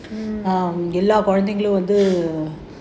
mm